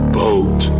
boat